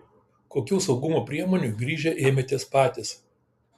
kokių saugumo priemonių grįžę ėmėtės patys